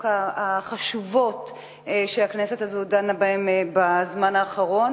החשובות שהכנסת הזו דנה בהן בזמן האחרון,